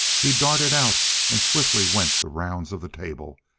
he darted out and swiftly went the rounds of the table,